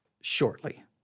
shortly